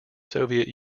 soviet